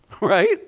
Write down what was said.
right